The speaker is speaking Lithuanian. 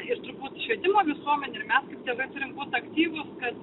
ir turbūt švietimo visuomenė ir mes kaip tėvai turim būt aktyvus kad